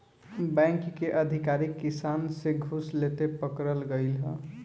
bank के अधिकारी किसान से घूस लेते पकड़ल गइल ह